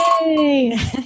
Yay